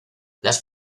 las